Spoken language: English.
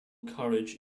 courage